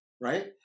Right